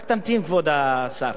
רק תמתין, כבוד השר.